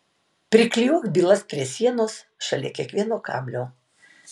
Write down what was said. priklijuok bylas prie sienos šalia kiekvieno kablio